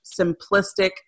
simplistic